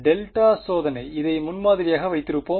delta சோதனை இதை முன்மாதிரியாக வைத்திருப்போம்